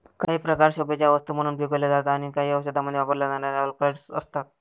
काही प्रकार शोभेच्या वस्तू म्हणून पिकवले जातात आणि काही औषधांमध्ये वापरल्या जाणाऱ्या अल्कलॉइड्स असतात